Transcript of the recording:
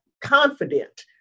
confident